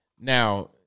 Now